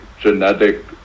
genetic